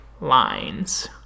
lines